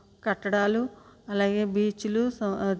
కట్టడాలు అలాగే బీచ్లు